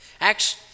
Acts